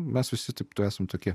mes visi taip t esam tokie